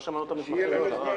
לא שמענו את המתמחים בכלל.